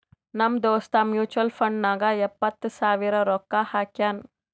ನಮ್ ದೋಸ್ತ mutual fund ನಾಗ್ ಎಪ್ಪತ್ ಸಾವಿರ ರೊಕ್ಕಾ ಹಾಕ್ಯಾನ್